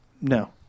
No